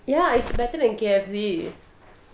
ya it's better than K_F_C